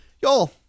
Y'all